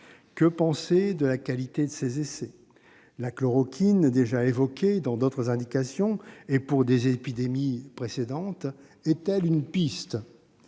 Que penser de la qualité de ces essais ? La chloroquine, déjà évoquée dans d'autres indications et pour des épidémies précédentes, est-elle une piste ?